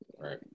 Right